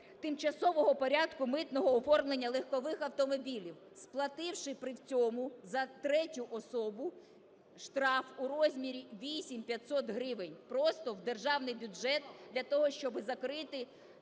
тимчасового порядку митного оформлення легкових автомобілів, сплативши при цьому за третю особу штраф у розмірі 8 500 гривень просто в державний бюджет для того, щоб закрити